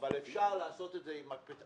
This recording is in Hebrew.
אבל אפשר לעשות את זה עם תיקון.